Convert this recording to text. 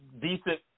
decent